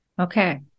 Okay